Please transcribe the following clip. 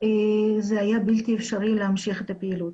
זה היה בלתי אפשרי להמשיך את הפעילות.